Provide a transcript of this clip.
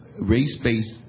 race-based